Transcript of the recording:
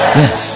yes